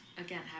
again